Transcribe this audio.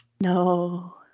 No